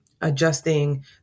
adjusting